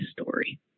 story